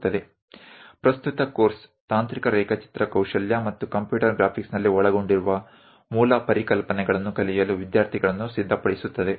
હાલ નો આ અભ્યાસક્રમ વિદ્યાર્થીઓ ને તકનીકી ચિત્રકામમાં કુશળતા મેળવવા અને કોમ્પ્યુટર ગ્રાફિક્સ માં સામેલ મૂળભૂત ખ્યાલો શીખવા માટે તૈયાર કરે છે